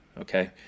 Okay